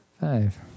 five